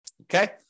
Okay